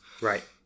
Right